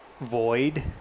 void